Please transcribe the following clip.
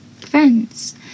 friends